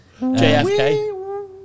JFK